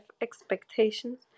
expectations